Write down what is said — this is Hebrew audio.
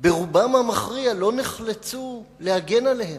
ברובם המכריע לא נחלצו להגן עליהם,